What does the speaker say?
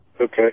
Okay